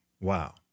Wow